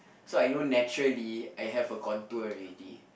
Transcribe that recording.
so I know naturally I have a contour already